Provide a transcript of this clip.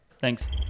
Thanks